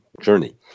journey